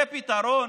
זה פתרון?